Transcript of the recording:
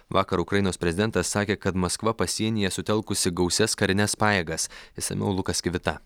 vakar ukrainos prezidentas sakė kad maskva pasienyje sutelkusi gausias karines pajėgas išsamiau lukas kivita